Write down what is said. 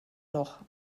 doch